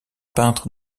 peintre